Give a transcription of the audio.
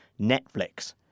Netflix